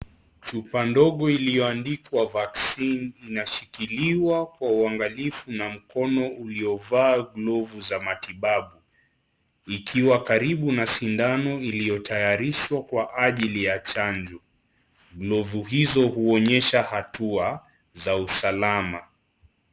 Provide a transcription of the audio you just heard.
Chupa ndogo iliyoandikwa vaccine inashikiliwa kwa uangalifu na mkono ulio vaa glavu za matibabu ikiwa karibu na sindano iliyotayarishwa kwa ajili ya chanjo, glovu hizo huonyesha hatua za usalama.